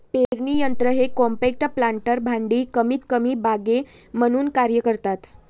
पेरणी यंत्र हे कॉम्पॅक्ट प्लांटर भांडी कमीतकमी बागे म्हणून कार्य करतात